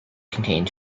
contained